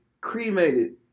cremated